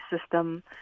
system